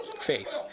faith